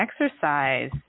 exercise